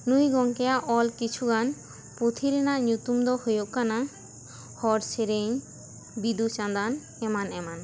ᱱᱩᱭ ᱜᱟᱢᱠᱮᱭᱟᱜ ᱚᱞ ᱠᱤᱪᱷᱩ ᱜᱟᱱ ᱯᱩᱛᱷᱤ ᱨᱮᱱᱟᱜ ᱧᱩᱛᱩᱢ ᱫᱚ ᱦᱩᱭᱩᱜ ᱠᱟᱱᱟ ᱦᱚᱲ ᱥᱮᱨᱮᱧ ᱵᱤᱫᱩ ᱪᱟᱸᱫᱟᱱ ᱮᱢᱟᱱ ᱮᱢᱟᱱ